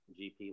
GP